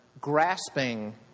grasping